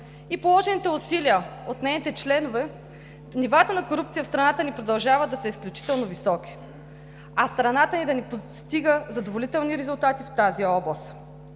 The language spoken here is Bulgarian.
и положените усилия от нейните членове, нивата на корупция в страната ни продължават да са изключително високи, а страната ни да не постига задоволителни резултати в тази област.